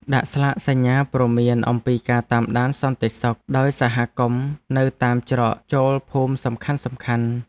ដាក់ស្លាកសញ្ញាព្រមានអំពីការតាមដានសន្តិសុខដោយសហគមន៍នៅតាមច្រកចូលភូមិសំខាន់ៗ។